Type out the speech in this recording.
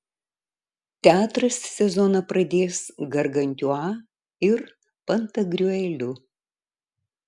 teatras sezoną pradės gargantiua ir pantagriueliu